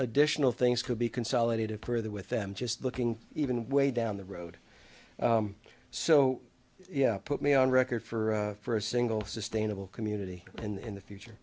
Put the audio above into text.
additional things could be consolidated further with them just looking even way down the road so yeah put me on record for for a single sustainable community in the future